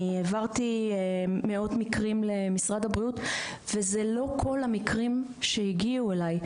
אני העברתי מאות מקרים למשרד הבריאות וזה לא כל המקרים שהגיעו אלי,